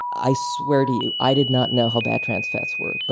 i swear to you, i did not know how bad transfats were. but